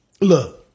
Look